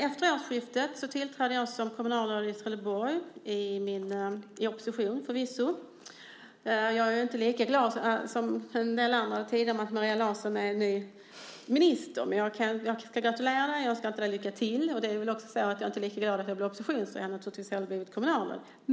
Efter årsskiftet tillträder jag som kommunalråd i Trelleborg - förvisso i opposition. Jag är inte lika glad som en del andra över att Maria Larsson är ny minister, men jag vill gratulera henne och önska henne lycka till. Jag är väl inte heller lika glad att bli oppositionsråd som jag hade varit om jag blivit kommunalråd.